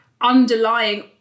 underlying